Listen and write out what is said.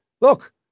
look